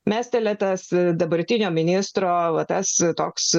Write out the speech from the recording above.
mestelėtas dabartinio ministro va tas toks